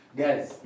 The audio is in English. guys